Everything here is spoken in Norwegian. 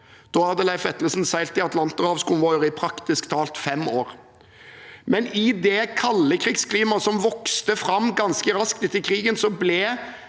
Da hadde Leif Vetlesen seilt i atlanterhavskonvoier i praktisk talt fem år. I det kalde krigsklimaet som vokste fram ganske raskt etter krigen, ble